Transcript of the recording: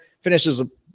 finishes